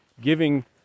giving